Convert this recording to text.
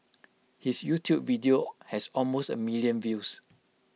his YouTube video has almost A million views